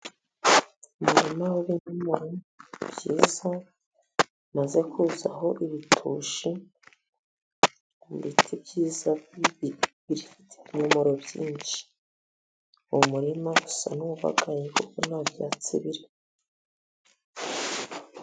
Umurima w'ibinyomoro byiza, bimaze kuzaho ibitusha, ku biti byiza bifite ibinyomoro byinshi. Ni umurima usa n'uwafatanye, kuko nta byatsi birimo.